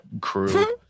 crew